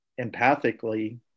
empathically